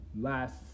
last